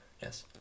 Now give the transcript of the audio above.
Yes